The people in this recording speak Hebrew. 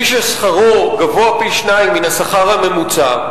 מי ששכרו גבוה פי-שניים מהשכר הממוצע,